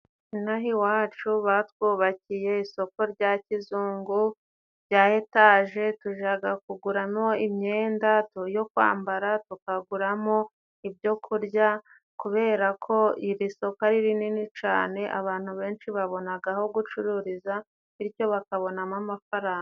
Inaha iwacu batwubakiye isoko rya kizungu rya etaje tujaga kuguramo imyenda yo kwambara, tukaguramo ibyoku kurya, kubera ko iri soko ari rinini cane abantu benshi babonaga aho gucururiza bityo bakabonamo amafaranga.